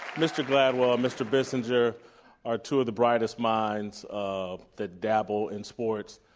mr. gladwell and mr. bissinger are two of the brightest minds ah that dabble in sports.